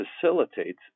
facilitates